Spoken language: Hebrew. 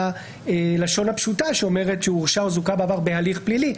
מהלשון הפשוטה שאומרת שהורשע או זוכה בעבר בהליך פלילי,